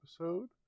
episode